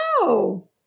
No